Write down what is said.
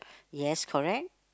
yes correct